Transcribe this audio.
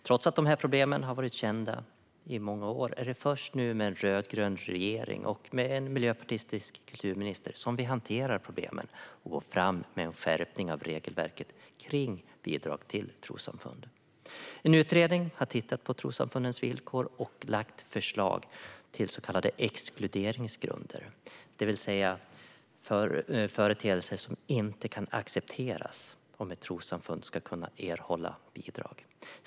Trots att problemen har varit kända i många år är det först nu med en rödgrön regering och med en miljöpartistisk kulturminister som vi hanterar problemen och går fram med en skärpning av regelverket för bidrag till trossamfund. En utredning har tittat på trossamfundens villkor och lagt fram förslag till så kallade exkluderingsgrunder, det vill säga företeelser som inte kan accepteras om ett trossamfund ska kunna erhålla bidrag.